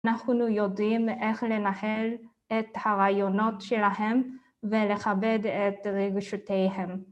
אנחנו יודעים איך לנהל את הרעיונות שלהם ולכבד את רגשותיהם.